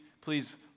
please